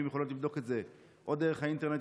יכולות לבדוק את זה או דרך האינטרנט,